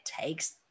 takes